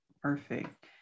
Perfect